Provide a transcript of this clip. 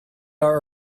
are